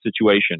situation